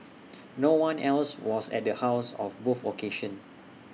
no one else was at the house of both occasions